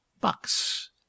Bucks